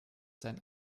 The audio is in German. sein